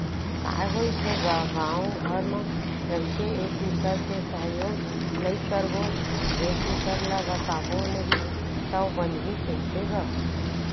काय होइस हे गा गाँव घर म रहिके एक दूसर के सहयोग नइ करबो एक दूसर ल बताबो नही तव बनही कइसे गा